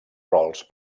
rols